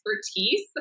expertise